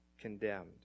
condemned